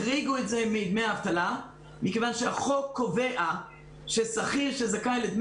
החריגו את זה מדמי האבטלה מכיוון שהחוק קובע ששכיר שזכאי לדמי